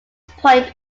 point